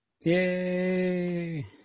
Yay